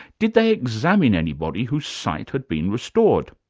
did they examine anybody whose sight had been restored?